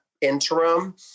interim